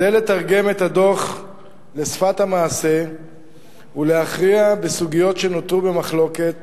כדי לתרגם את הדוח לשפת המעשה ולהכריע בסוגיות שנותרו במחלוקת